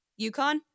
UConn